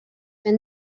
ben